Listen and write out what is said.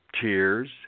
tears